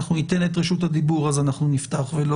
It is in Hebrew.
ושאט הנפש קשורה בכך שאחד מחברי הבית הזה לקח את הקרדיט